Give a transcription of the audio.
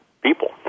people